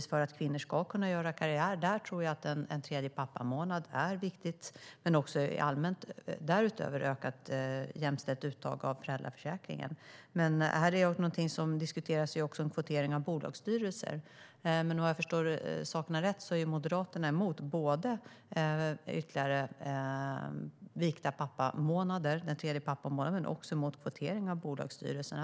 För att kvinnor ska kunna göra karriär där tror jag att en tredje pappamånad är viktig, och det gäller även ett därutöver mer jämställt uttag av föräldraförsäkringen. Någonting som diskuteras är också kvotering av bolagsstyrelser. Om jag förstår saker och ting rätt är Moderaterna dock emot både ytterligare vikta pappamånader - den tredje pappamånaden - och kvotering av bolagsstyrelserna.